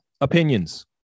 opinions